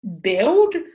build